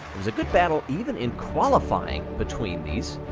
was a good battle, even in qualifying between these.